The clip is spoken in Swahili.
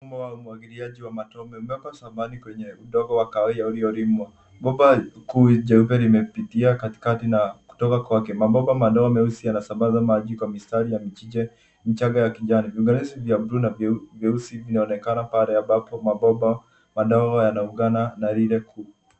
Mfumo wa umwagiliaji wa matone umewekwa shambani kwenye udongo wa kahawia uliolimwa. Bomba kuu jeupe limepitia katikati na kutoka kwake, mabomba madogo meusi yanasambaza maji kwa mistari ya michicha michanga ya kijani. Viunganishi vya buluu na vieusi vinaonekana pale ambapo mabomba madogo yanaungana na lile kubwa.